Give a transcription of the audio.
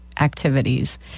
activities